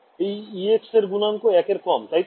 এই ex এর গুনাঙ্ক ১ এর কম তাই তো